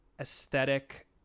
aesthetic